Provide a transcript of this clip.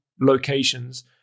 locations